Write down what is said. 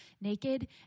naked